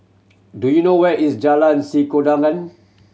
do you know where is Jalan Sikudangan